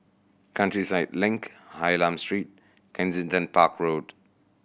Countryside Link Hylam Street Kensington Park Road